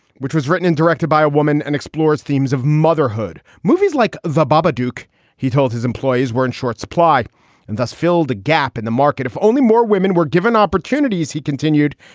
which was written and directed by a woman and explores themes of motherhood, movies like the babadook. he he told his employees were in short supply and thus filled a gap in the market if only more women were given opportunities. he continued,